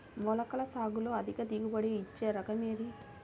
మొలకల సాగులో అధిక దిగుబడి ఇచ్చే రకం ఏది?